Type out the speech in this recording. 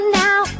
now